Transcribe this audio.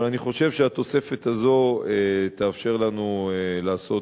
אבל אני חושב שהתוספת הזאת תאפשר לנו לעשות